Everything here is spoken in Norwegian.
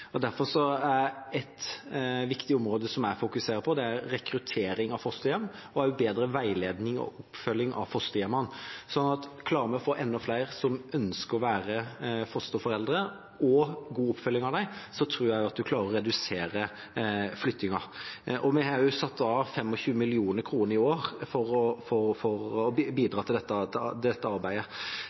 Derfor er et viktig område som jeg fokuserer på, rekruttering av fosterhjem og også bedre veiledning og oppfølging av fosterhjemmene. Klarer vi å få enda flere som ønsker å være fosterforeldre, og god oppfølging av dem, tror jeg at en klarer å redusere flyttingen. Vi har også satt av 25 mill. kr i år for å